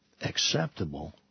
acceptable